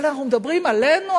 אבל אנחנו מדברים עלינו?